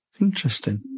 Interesting